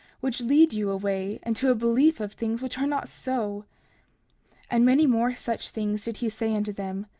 which lead you away into a belief of things which are not so and many more such things did he say unto them,